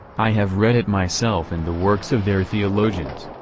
i have read it myself in the works of their theologians.